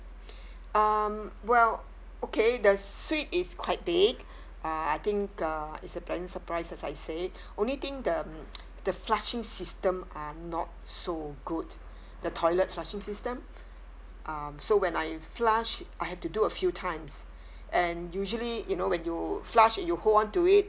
um well okay the suite is quite big uh I think uh it's a pleasant surprise as I say only thing the um the flushing system are not so good the toilet flushing system um so when I flush I had to do a few times and usually you know when you flush you hold on to it